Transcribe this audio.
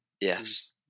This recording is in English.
Yes